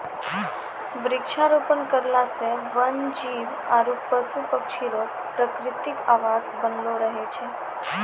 वृक्षारोपण करला से वन जीब आरु पशु पक्षी रो प्रकृतिक आवास बनलो रहै छै